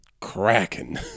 cracking